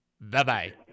Bye-bye